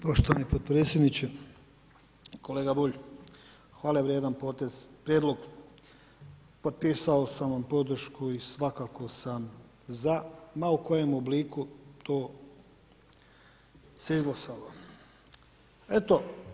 Poštovani potpredsjedniče, kolega Bulj, hvale vrijedan potez, prijedlog, potpisao sam vam podršku i svakako sam za, ma u kojem obliku se to izglasalo.